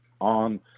on